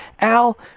al